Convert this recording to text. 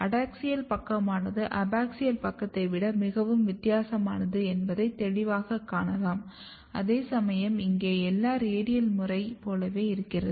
adaxial பக்கமானது abaxial பக்கத்தை விட மிகவும் வித்தியாசமானது என்பதை தெளிவாகக் காணலாம் அதேசமயம் இங்கே எல்லாம் ரேடியல் முறை போலவே இருக்கிறது